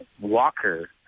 Walker